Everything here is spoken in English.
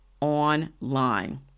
online